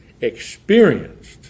experienced